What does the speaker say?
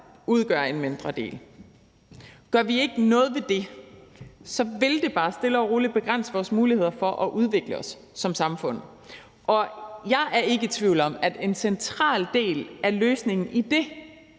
udgør en mindre del. Gør vi ikke noget ved det, vil det bare stille og roligt begrænse vores muligheder for at udvikle os som samfund, og jeg er ikke i tvivl om, at en central del af løsningen på det